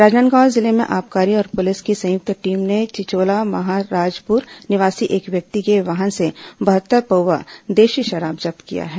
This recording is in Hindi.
राजनांदगांव जिले में आबकारी और प्रलिस की संयुक्त टीम ने चिचोला महाराजपुर निवासी एक व्यक्ति के वाहन से बहत्हर पौव्वा देशी शराब जब्त किया है